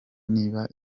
niba